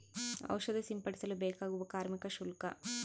ಔಷಧಿ ಸಿಂಪಡಿಸಲು ಬೇಕಾಗುವ ಕಾರ್ಮಿಕ ಶುಲ್ಕ?